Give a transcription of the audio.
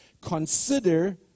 consider